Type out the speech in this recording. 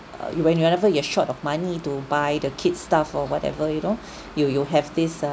uh you whenever you're short of money to buy the kid's stuff or whatever you know you you have this uh